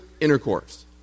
intercourse